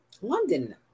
London